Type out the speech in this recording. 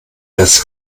das